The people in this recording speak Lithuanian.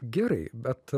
gerai bet